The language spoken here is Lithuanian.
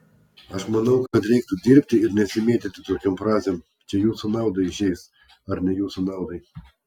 aš manau kad reiktų dirbti ir nesimėtyti tokiom frazėm čia jūsų naudai išeis ar ne jūsų naudai